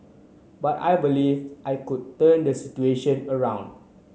but I believed I could turn the situation around